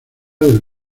del